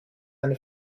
eine